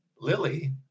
Lily